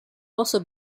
also